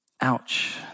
Ouch